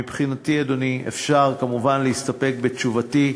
מבחינתי, אדוני, אפשר כמובן להסתפק בתשובתי,